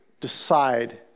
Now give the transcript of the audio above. decide